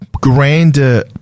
grander